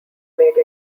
made